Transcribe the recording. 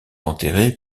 enterré